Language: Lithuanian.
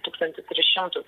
tūkstantį tris šimtus